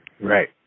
Right